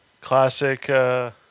Classic